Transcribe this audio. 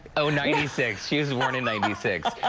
oh, ninety six, she was born in ninety six.